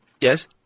Yes